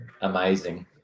amazing